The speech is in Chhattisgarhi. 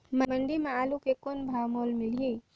मंडी म आलू के कौन भाव मोल मिलही?